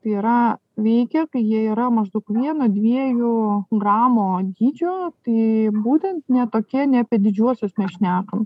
tai yra veikia kai jie yra maždaug vieno dviejų gramo dydžio tai būtent ne tokie ne apie didžiuosius mes šnekam